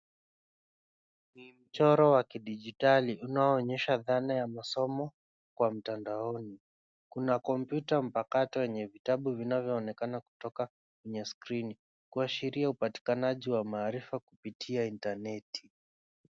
Ni mchoro wa kidigitali unaoonyesha dhana ya masomo kwa mtandaoni, kuna kompyuta mpakato enye vitabu vinavyoonekana kutoka kwenye skrini kuashiria upatikanaji wa maarifa kupitia internet